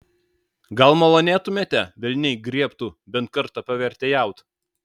gal malonėtumėte velniai griebtų bent kartą pavertėjaut